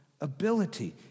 ability